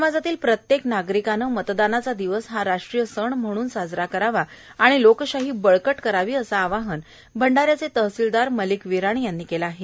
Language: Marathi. समाजातील प्रत्येक नागरिकानं मतदानाचा दिवस राष्ट्रीय सण म्हणून साजरा करावा आणि लोकशाही बळकट करावी असं आवाहन भंडाऱ्याचे तहसीलदार मलीक विराणी यांनी केलं आहे